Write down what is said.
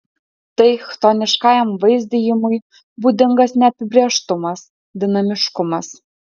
tai chtoniškajam vaizdijimui būdingas neapibrėžtumas dinamiškumas